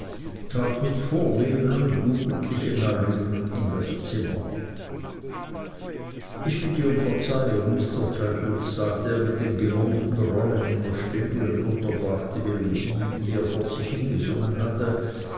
trat mit vornehmen und jugendlichen allüren in das zimmer ich bitte um verzeihung mr traddles sagte er mit dem gewohnten rollen in der stimme und unterbrach die melodie die er vor sich hingesungen hatte